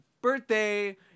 birthday